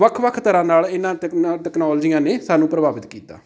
ਵੱਖ ਵੱਖ ਤਰ੍ਹਾਂ ਨਾਲ ਇਹਨਾਂ ਤੈਕਨਾ ਤੈਕਨੋਲਜੀਆਂ ਨੇ ਸਾਨੂੰ ਪ੍ਰਭਾਵਿਤ ਕੀਤਾ